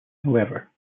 however